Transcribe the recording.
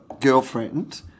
girlfriend